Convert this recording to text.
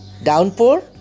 downpour